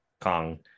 Kong